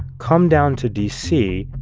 come down to d c.